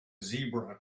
zebra